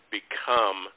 become